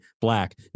black